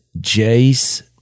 Jace